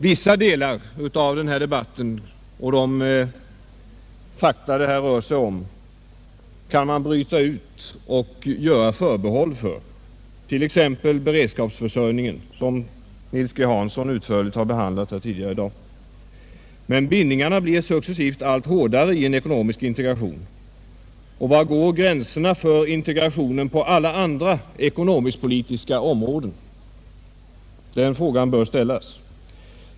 Vissa delar av denna debatt och de fakta det här rör sig om kan man bryta ut och göra förbehåll för, t.ex. beredskapsförsörjningen som herr Hansson i Skegrie utförligt har behandlat här tidigare i dag. Men bindningarna blir successivt allt hårdare i en ekonomisk integration, och var går gränserna för integrationen på alla andra ekonomisk-politiska områden? Den frågan bör ställas.